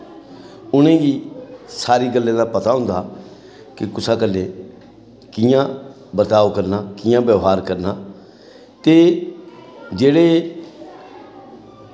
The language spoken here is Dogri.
उनेंगी सारी गल्लें दा पता होंदा कि कुसै कन्नै कि'यां बर्ताव करना कि'यां व्यवहार करना ते जेह्ड़े